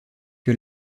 que